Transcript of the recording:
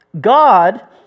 God